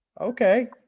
Okay